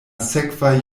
sekvaj